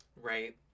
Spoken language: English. Right